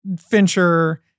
Fincher